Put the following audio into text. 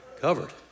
Covered